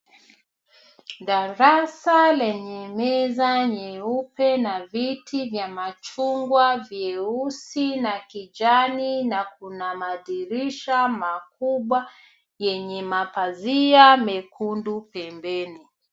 Darasa lenye meza nyeupe na viti vya machungwa vyeusi na kijani na kuna madirisha makubwa yenye mapazia mekundu pembeni.